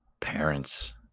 parents